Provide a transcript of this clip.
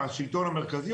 השלטון המרכזי,